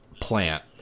plant